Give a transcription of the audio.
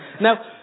Now